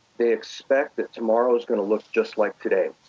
they expect that tomorrow's going to look just like today,